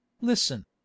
Listen